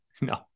no